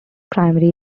primary